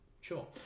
Sure